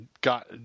got